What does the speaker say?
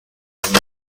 rurimi